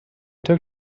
took